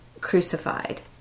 crucified